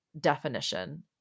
definition